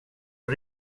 att